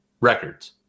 records